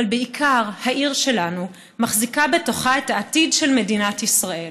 אבל בעיקר העיר שלנו מחזיקה בתוכה את העתיד של מדינת ישראל.